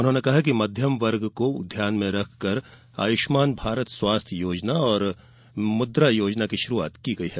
उन्होंने कहा कि मध्यम वर्ग को ध्यान में रखकर आयुष्मान भारत स्वास्थ्य योजना और मुद्रा योजना की शुरूआत की गई है